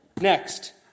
next